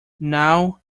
now